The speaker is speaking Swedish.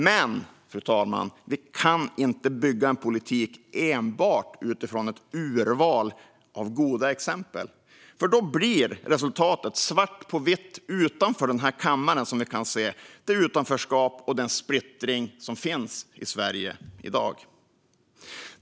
Men vi kan inte bygga en politik enbart utifrån ett urval av goda exempel, för då blir resultatet, svart på vitt, det utanförskap och den splittring som finns utanför den här kammaren i Sverige i dag.